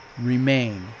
remain